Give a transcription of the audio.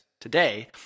today